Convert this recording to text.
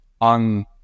on